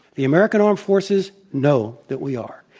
the american armed forces know that we are.